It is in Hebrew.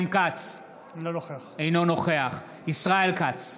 אינו נוכח ישראל כץ,